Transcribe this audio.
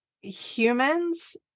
humans